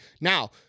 Now